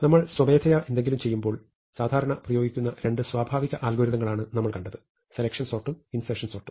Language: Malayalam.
നമ്മൾ സ്വമേധയാ എന്തെങ്കിലും ചെയ്യുമ്പോൾ നമ്മൾ സാധാരണയായി പ്രയോഗിക്കുന്ന രണ്ട് സ്വാഭാവിക അൽഗോരിതങ്ങൾ ആണ് നമ്മൾ കണ്ടത് സെലക്ഷൻ സോർട്ടും ഇൻസേർഷൻ സോർട്ടും